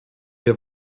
wir